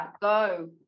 go